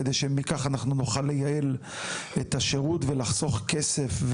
כדי שנוכל לייעל את השירות ולחסוך כסף,